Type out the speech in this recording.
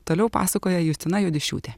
toliau pasakoja justina juodišiūtė